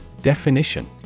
Definition